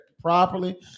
properly